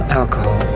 alcohol